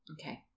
Okay